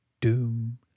doom